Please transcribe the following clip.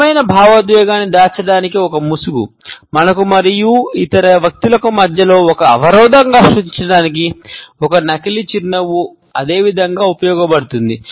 నిజమైన భావోద్వేగాన్ని దాచడానికి ఒక ముసుగు మనకు మరియు ఇతర వ్యక్తుల మధ్య ఒక అవరోధంగా సృష్టించడానికి ఒక నకిలీ చిరునవ్వు అదే విధంగా ఉపయోగించబడుతుంది